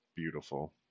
beautiful